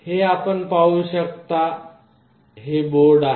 हे आपण पाहू शकता हे बोर्ड आहे